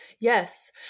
Yes